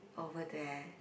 over there